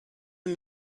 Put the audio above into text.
and